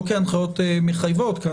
לא כהנחיות מחייבות.